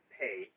pay